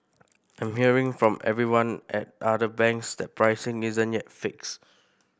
I'm hearing from everyone at other banks that pricing isn't yet fixed